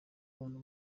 abantu